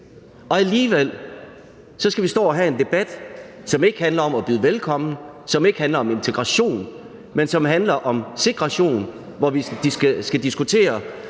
bag. Alligevel skal vi stå og have en debat, som ikke handler om at byde velkommen, som ikke handler om integration, men som handler om segregation, hvor vi skal diskutere,